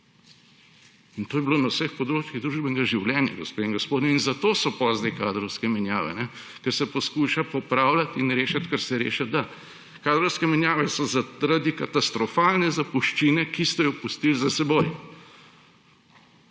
In to je bilo na vseh področjih družbenega življenja, gospe in gospodje. In zato so potem sedaj kadrovske menjave, ker se poskuša popravljati in rešiti, kar se rešiti da. Kadrovske menjave so zaradi katastrofalne zapuščine, ki ste jo pustili za seboj.